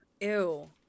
Ew